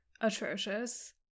atrocious